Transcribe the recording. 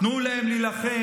תנו להם להילחם.